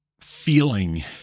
feeling